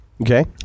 Okay